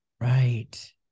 right